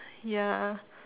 ya